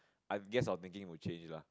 I've guess I thinking you would change lah